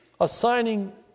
assigning